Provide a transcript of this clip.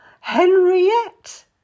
Henriette